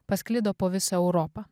pasklido po visą europą